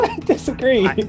disagree